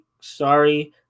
Sorry